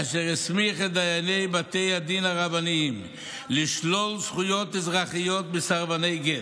אשר הסמיך את דייני בתי הדין הרבניים לשלול זכויות אזרחיות מסרבני גט.